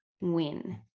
win